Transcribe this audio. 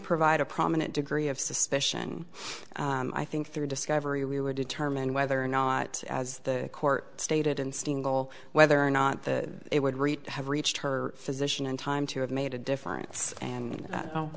provide a prominent degree of suspicion i think through discovery we would determine whether or not as the court stated in stingel whether or not the it would reach have reached her position in time to have made a difference and